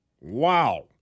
Wow